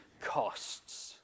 costs